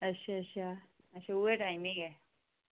अच्छा अच्छा अच्छा उ'ऐ टाइमिंग ऐ